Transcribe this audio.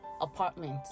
Apartment